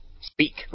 speak